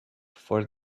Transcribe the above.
for